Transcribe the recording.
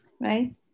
right